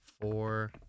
four